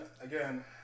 Again